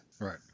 Right